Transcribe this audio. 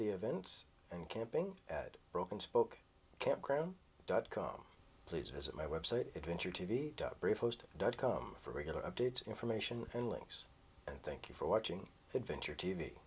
the events and camping at broken spoke campground dot com please visit my website adventure to be brief post dot com for regular updates information and links and thank you for watching adventure t